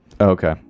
Okay